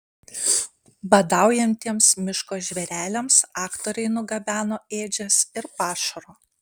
badaujantiems miško žvėreliams aktoriai nugabeno ėdžias ir pašaro